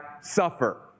suffer